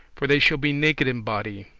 for they shall be naked in body,